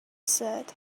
said